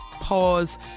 pause